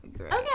Okay